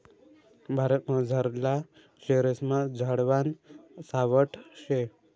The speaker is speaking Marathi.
भारतमझारला शेरेस्मा झाडवान सावठं शे